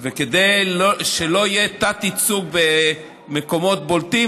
כדי שלא יהיה תת-ייצוג במקומות בולטים,